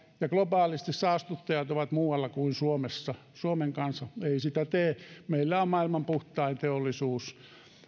ja globaalisti saastuttajat ovat muualla kuin suomessa suomen kansa ei sitä tee meillä on maailman puhtain teollisuus